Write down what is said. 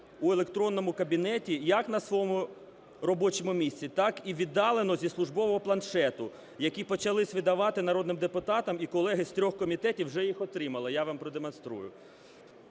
в електронному кабінеті, як на своєму робочому місці, так і віддалено, зі службового планшету, які почали видавати народним депутатам, і колеги з трьох комітетів вже їх отримали. Я вам продемонструю.